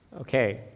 okay